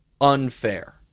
unfair